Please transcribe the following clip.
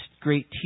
great